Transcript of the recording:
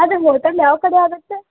ಅದು ಹೋಟೆಲ್ ಯಾವ ಕಡೆ ಆಗುತ್ತೆ